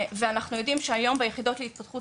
ואנחנו יודעים שהיום ביחידות להתפתחות